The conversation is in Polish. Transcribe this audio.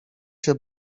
się